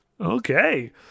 Okay